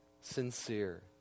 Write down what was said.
sincere